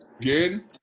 again